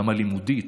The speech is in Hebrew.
גם הלימודית,